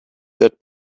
that